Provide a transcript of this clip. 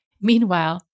Meanwhile